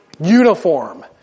uniform